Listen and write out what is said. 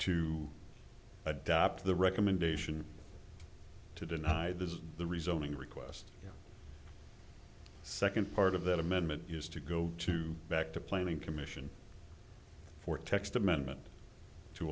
to adopt the recommendation to deny this the rezoning request second part of that amendment is to go to back to planning commission for text amendment to